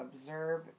observe